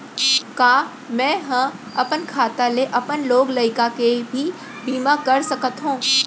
का मैं ह अपन खाता ले अपन लोग लइका के भी बीमा कर सकत हो